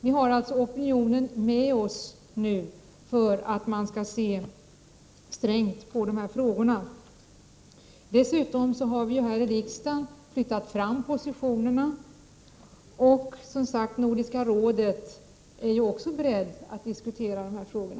Vi har alltså opinionen med oss när det gäller en strängare syn i dessa frågor. Dessutom har vi här i riksdagen flyttat fram våra positioner. Inom Nordiska rådet är man, som sagt, också beredd att diskutera dessa frågor.